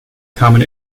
kamen